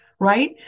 Right